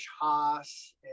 Haas